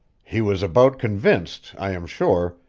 he was about convinced, i am sure,